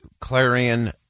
clarion